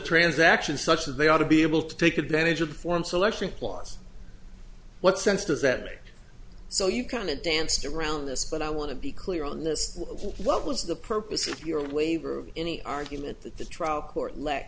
transaction such as they ought to be able to take advantage of the form selection clause what sense does that make so you kind of danced around this but i want to be clear on this what was the purpose of your waiver of any argument that the trial court lack